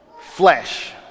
flesh